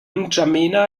n’djamena